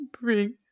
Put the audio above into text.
Bring